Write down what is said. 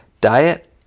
diet